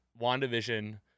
Wandavision